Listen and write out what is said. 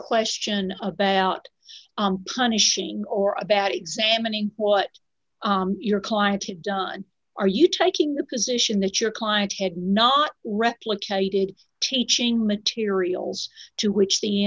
question about its punishing or about examining what your client had done are you taking the position that your client had not replicated teaching materials to reach the